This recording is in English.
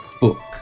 book